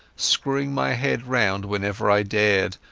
screwing my head round, whenever i dared,